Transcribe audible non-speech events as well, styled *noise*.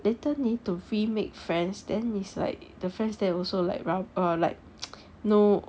later need to remake friends then is like the friends there also like r~ or like *noise* no